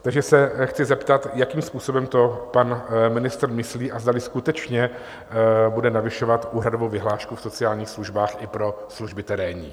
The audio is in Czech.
Takže se chci zeptat, jakým způsobem to pan ministr myslí a zdali skutečně bude navyšovat úhradovou vyhlášku v sociálních službách i pro služby terénní.